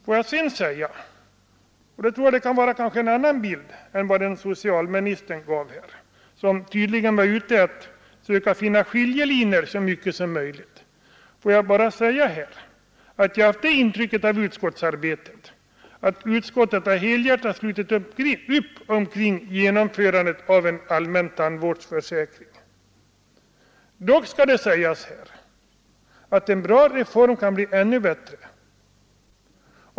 Får jag sedan ge en annan bild av enigheten om reformen än den herr socialministern gav — han var tydligen ute efter att söka finna så många skiljelinjer som möjligt. Jag har haft intrycket av utskottsarbetet att utskottet helhjärtat slutit upp omkring genomförandet av en allmän tandvårdsförsäkring. Dock skall sägas att en bra reform kan bli ännu bättre.